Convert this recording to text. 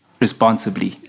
Responsibly